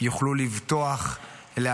יוכלו לבטוח בו,